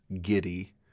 giddy